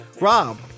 Rob